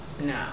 No